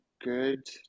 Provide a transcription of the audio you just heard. good